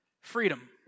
freedom